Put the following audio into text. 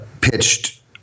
pitched